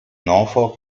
norfolk